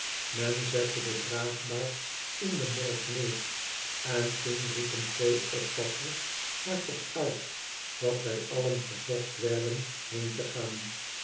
men zette de draagbaar in de morgue neer en toen riepen twee oppassers hardop uit dat wij allen verzocht werden heen te gaan